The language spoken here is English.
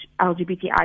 LGBTI